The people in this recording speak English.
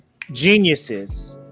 geniuses